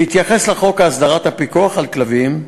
בהתייחס לחוק הסדרת הפיקוח על כלבים,